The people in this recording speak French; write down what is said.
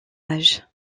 âge